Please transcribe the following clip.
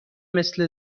مثل